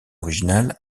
original